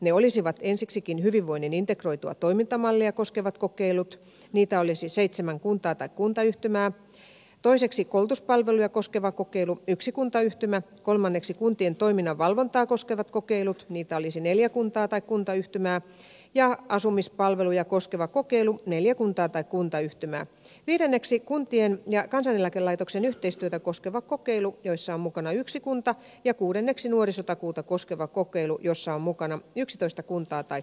ne olisivat ensiksikin hyvinvoinnin integroitua toimintamallia koskevat kokeilut niitä olisi seitsemän kuntaa tai kuntayhtymää toiseksi koulutuspalveluja koskeva kokeilu yksi kuntayhtymä kolmanneksi kuntien toiminnan valvontaa koskevat kokeilut niitä olisi neljä kuntaa tai kuntayhtymää ja asumispalveluja koskeva kokeilu neljä kuntaa tai kuntayhtymää viidenneksi kuntien ja kansaneläkelaitoksen yhteistyötä koskeva kokeilu jossa on mukana yksi kunta ja kuudenneksi nuorisotakuuta koskeva kokeilu jossa on mukana yksitoista kuntaa tai kuntayhtymää